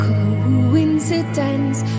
Coincidence